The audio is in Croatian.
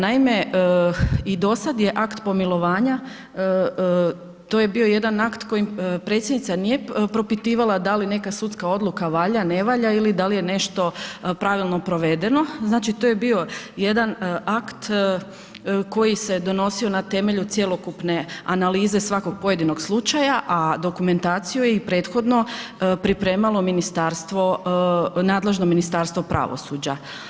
Naime, i dosad je akt pomilovanja, to je bio jedan akt koji Predsjednica nije propitivala da li neka sudska odluka valja, ne valja ili da li je nešto pravilno provedeno, znači to je bio jedan akt koji se donosio na temelju cjelokupne analize svakog pojedinog slučaja a dokumentaciju je i prethodno pripremalo nadležno Ministarstvo pravosuđa.